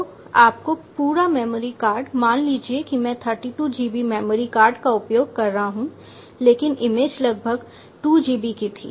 तो आपका पूरा मेमोरी कार्ड मान लीजिए मैं 32 GB मेमोरी कार्ड का उपयोग कर रहा हूं लेकिन इमेज लगभग 2 GB की थी